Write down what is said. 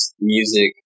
music